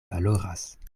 valoras